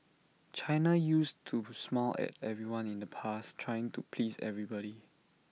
China used to smile at everyone in the past trying to please everybody